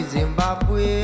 Zimbabwe